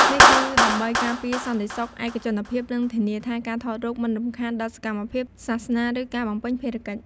នេះគឺដើម្បីការពារសន្តិសុខ ឯកជនភាព និងធានាថាការថតរូបមិនរំខានដល់សកម្មភាពសាសនា ឬការបំពេញភារកិច្ច។